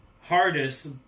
hardest